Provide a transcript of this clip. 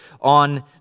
on